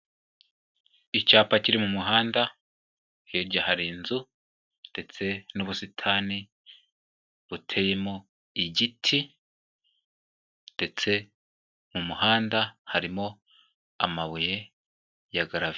Icyapa kiri mu muhanda, hirya hari inzu ndetse n'ubusitani buteyemo igiti ndetse mu muhanda harimo amabuye ya garaviye.